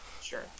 Sure